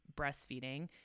breastfeeding